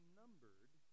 numbered